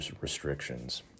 restrictions